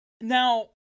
Now